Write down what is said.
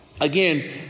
again